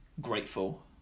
grateful